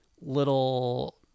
little